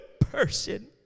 person